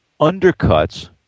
undercuts